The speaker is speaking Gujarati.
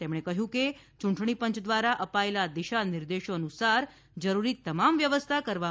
તેમણે કહ્યું કે ચુંટણી પંચ ધ્વારા અપાયેલા દિશા નિર્દેશો અનુસાર જરૂરી તમામ વ્યવસ્થા કરવામાં આવી છે